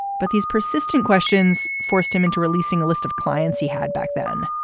but these persistent questions forced him into releasing a list of clients he had back then.